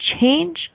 change